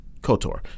KOTOR